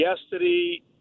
yesterday